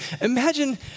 Imagine